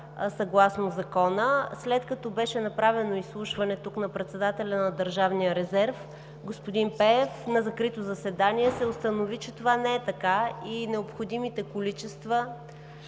съгласно закона. След като изслушахме тук председателя на Държавния резерв – господин Пеев, на закрито заседание, се установи, че това не е така, необходимите количества